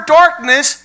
darkness